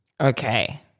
Okay